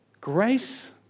grace